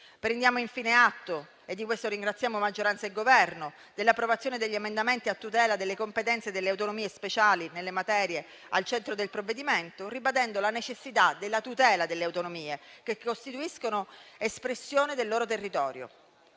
Prendiamo infine atto, e di questo ringraziamo maggioranza e Governo, dell'approvazione degli emendamenti a tutela delle competenze delle autonomie speciali nelle materie al centro del provvedimento, ribadendo la necessità della tutela delle autonomie, che costituiscono espressione del loro territorio.